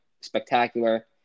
Spectacular